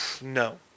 No